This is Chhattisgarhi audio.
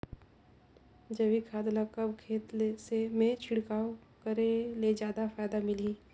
जैविक खाद ल कब खेत मे छिड़काव करे ले जादा फायदा मिलही?